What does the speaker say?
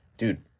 Dude